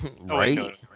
Right